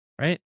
Right